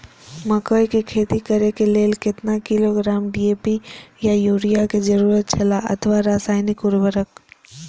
मकैय के खेती करे के लेल केतना किलोग्राम डी.ए.पी या युरिया के जरूरत छला अथवा रसायनिक उर्वरक?